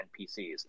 NPCs